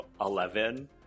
Eleven